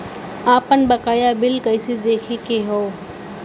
आपन बकाया बिल कइसे देखे के हौ?